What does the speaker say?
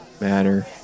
Matter